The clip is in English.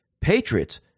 patriots